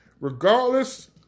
regardless